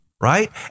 right